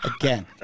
again